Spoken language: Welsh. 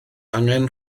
angen